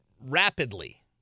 rapidly